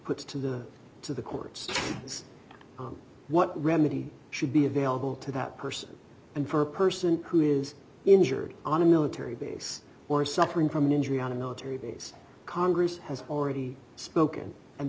puts to the to the courts is what remedy should be available to that person and for a person who is injured on a military base or suffering from injury on a military base congress has already spoken and